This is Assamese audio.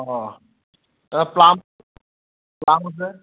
অঁ তাৰ প্লাম প্লাম আছে